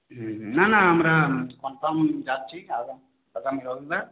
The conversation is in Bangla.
হুম হুম না না আমরা কনফার্ম যাচ্ছি আগামী আগামী রবিবার